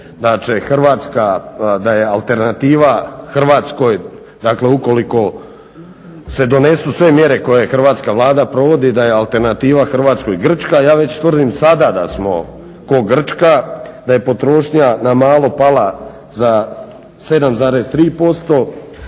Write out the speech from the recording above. da će Hrvatska, da je alternativa Hrvatskoj dakle ukoliko se donesu sve mjere koje Hrvatska vlada provodi da je alternativa Hrvatskoj Grčka. Ja već tvrdim sada da smo kao Grčka. Da je potrošnja na malo pala za 7,3%,